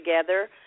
together